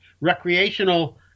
recreational